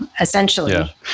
essentially